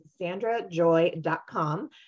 sandrajoy.com